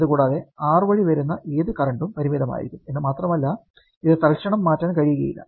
അത് കൂടാതെ R വഴി വരുന്ന ഏത് കറന്റും പരിമിതമായിരിക്കും എന്ന് മാത്രമല്ല ഇത് തൽക്ഷണം മാറ്റാൻ കഴിയില്ല